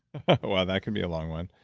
wow, that could be a long one.